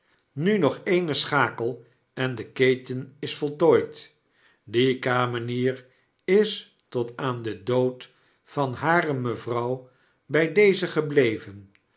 nu nog eene schakel en de keten is voltooid die kamenier is tot aan den dood van hare mevrouw by deze gebleven